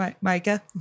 Micah